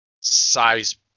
size